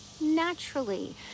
naturally